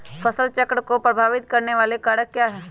फसल चक्र को प्रभावित करने वाले कारक क्या है?